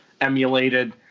emulated